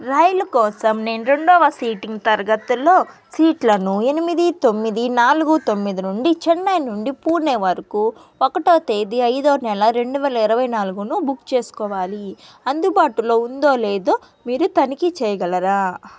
రైలు కోసం నేను రెండవ సీటింగ్ తరగతులలో సీట్లను ఎనిమిది తొమ్మిది నాలుగు తొమ్మిది నుండి చెన్నై నుండి పూణే వరకు ఒకటో తేదీ ఐదో నెల రెండు వేల ఇరవై నాలుగు బుక్ చేసుకోవాలి అందుబాటులో ఉందో లేదో మీరు తనిఖీ చేయగలరా